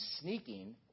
sneaking